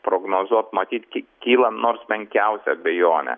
prognozuot matyt ky kyla nors menkiausia abejonė